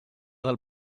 del